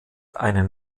einen